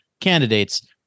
candidates